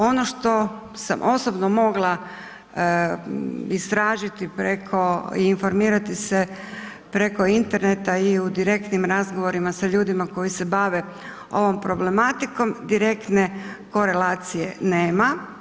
Ono što sam osobno mogla istražiti preko i informirati se preko interneta i u direktnim razgovorima sa ljudima koji se bave ovom problematikom, direktne korelacije nema.